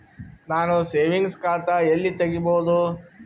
ನಾನು ಸೇವಿಂಗ್ಸ್ ಖಾತಾ ಎಲ್ಲಿ ತಗಿಬೋದು?